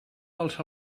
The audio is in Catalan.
dels